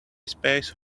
space